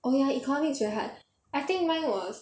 oh ya economics very hard I think mine was